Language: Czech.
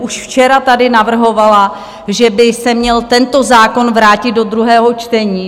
Už včera tady navrhovala, že by se měl tento zákon vrátit do druhého čtení.